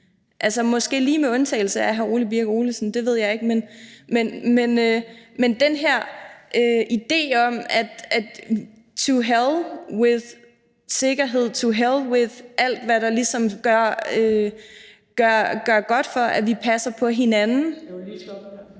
måske lige med undtagelse af hr. Ole Birk Olesen, det ved jeg ikke. Men den her idé om, at to hell with sikkerhed, to hell with alt, hvad der ligesom gør godt for, at vi passer på hinanden